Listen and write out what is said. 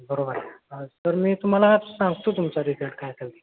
बरोबर तर मी तुम्हाला सांगतो तुमचा रिजल्ट काय ते